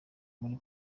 muri